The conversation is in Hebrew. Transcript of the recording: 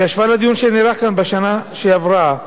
בהשוואה לדיון שנערך כאן בשנה שעברה,